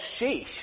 sheesh